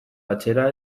atzera